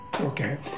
Okay